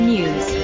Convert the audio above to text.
News